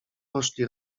poszli